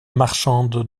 marchande